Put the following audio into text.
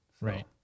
Right